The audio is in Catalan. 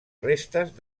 restes